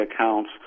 accounts